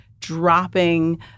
dropping